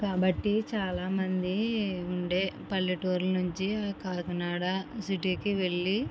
కాబట్టి చాలా మంది ఉండే పల్లెటూరుల నుంచి కాకినాడ సిటీకి వెళ్ళి